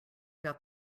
got